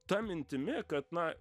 ta mintimi kad na